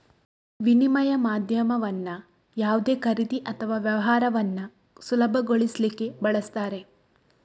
ವಿನಿಮಯ ಮಾಧ್ಯಮವನ್ನ ಯಾವುದೇ ಖರೀದಿ ಅಥವಾ ವ್ಯಾಪಾರವನ್ನ ಸುಲಭಗೊಳಿಸ್ಲಿಕ್ಕೆ ಬಳಸ್ತಾರೆ